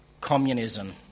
Communism